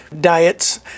diets